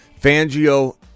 Fangio